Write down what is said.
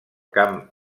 camp